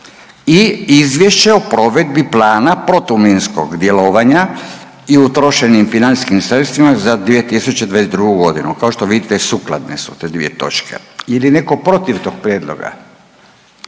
- Izvješće o provedbi Plana protuminskog djelovanja i utrošenim financijskim sredstvima za 2022. godinu; Kao što vidite, sukladne su te dvije točke. Je li netko protiv tog prijedloga?